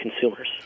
consumers